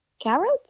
Carrots